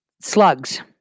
slugs